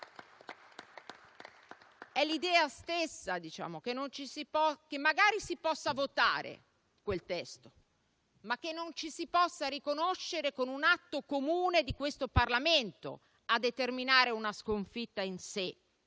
È l'idea stessa che magari si possa votare quel testo, ma che non ci si possa riconoscere con un atto comune di questo Parlamento, a determinare una sconfitta in sé,